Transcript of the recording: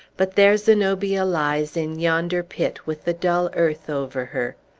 but there zenobia lies in yonder pit, with the dull earth over her.